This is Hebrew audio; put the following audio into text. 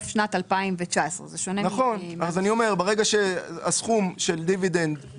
אני חושב שאפשר לבדוק בפרוטוקול.